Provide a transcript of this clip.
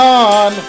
on